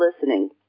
listening